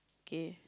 K